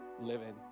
living